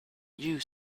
you